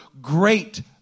great